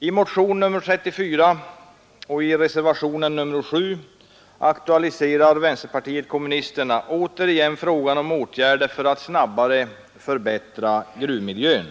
I motionen 34 och i reservationen 7 aktualiserar vänsterpartiet kommunisterna återigen frågan om åtgärder för att snabbare förbättra gruvmiljön.